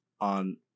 on